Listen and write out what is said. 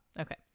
Okay